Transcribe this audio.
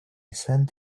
sent